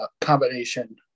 combination